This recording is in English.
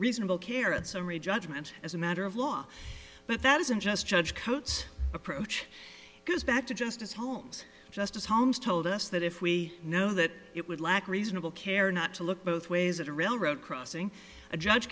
reasonable care it's a re judgment as a matter of law but that isn't just judge coats approach it goes back to justice holmes justice holmes told us that if we know that it would lack reasonable care not to look both ways at a railroad crossing a judge